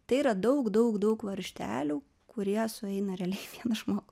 tai yra daug daug daug varžtelių kurie sueina realiai į vieną žmogų